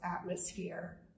atmosphere